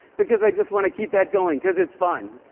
because i just want to keep that going because it's fun.